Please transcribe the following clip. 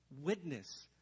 Witness